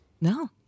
No